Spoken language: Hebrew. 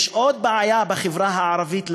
יש עוד בעיה לזקנים בחברה הערבית: